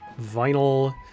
Vinyl